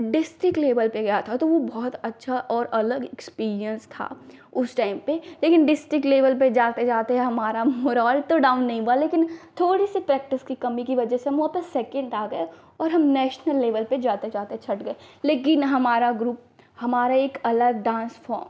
district level पर गया था तो वह बहुत अच्छा एक अलग एक्सपीरिएन्स था उस टाइम पर लेकिन डिस्ट्रिक्ट लेवल पर जाकर हमारा मोरल तो डाउन नहीं हुआ लेकिन थोड़ी सी प्रैक्टिस की कमी की वज़ह से हम वहाँ पर सेकेण्ड आ गए और हम नेशनल लेवल पर जाते जाते छँट गए लेकिन हमारा ग्रुप हमारा एक अलग डान्स फ़ॉर्म